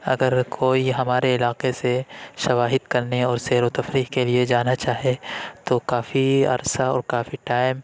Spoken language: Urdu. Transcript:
اگر کوئی ہمارے علاقے سے شواہد کرنے اور سیر و تفریح کے لیے جانا چاہے تو کافی عرصہ اور کافی ٹائم